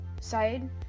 side